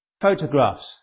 photographs